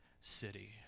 city